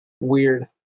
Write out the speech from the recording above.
weird